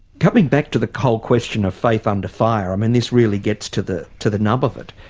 coming back to the whole question of faith under fire i mean this really gets to the to the nub of it.